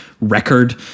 record